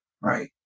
right